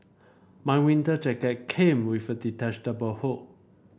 my winter jacket came with a detachable hood